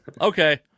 okay